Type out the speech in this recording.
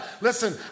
Listen